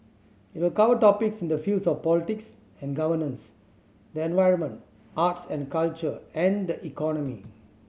it will cover topics in the fields of politics and governance the environment arts and culture and the economy